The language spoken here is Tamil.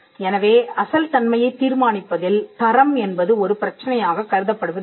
எனவே அசல் தன்மையைத் தீர்மானிப்பதில் தரம் என்பது ஒரு பிரச்சனையாகக் கருதப்படுவதில்லை